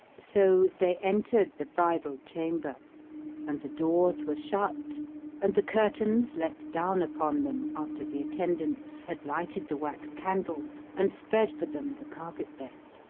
so they entered the bridal-chamber and the doors were shut and the curtains let down upon them, after the attendants had lighted the wax-candles and spread for them the carpet-bed.